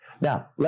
Now